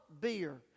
beer